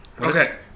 Okay